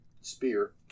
spear